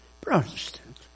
Protestant